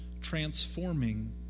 transforming